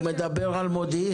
הוא מדבר על מודיעין.